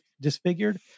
disfigured